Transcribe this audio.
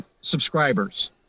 subscribers